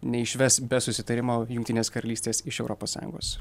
neišves be susitarimo jungtinės karalystės iš europos sąjungos